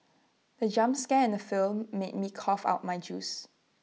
the jump scare in the film made me cough out my juice